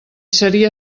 seria